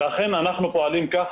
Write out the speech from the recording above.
ואכן אנחנו פועלים כך.